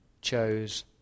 chose